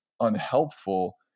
unhelpful